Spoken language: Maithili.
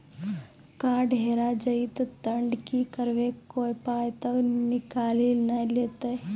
कार्ड हेरा जइतै तऽ की करवै, कोय पाय तऽ निकालि नै लेतै?